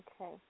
Okay